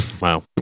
Wow